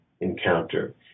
encounter